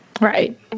Right